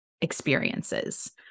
experiences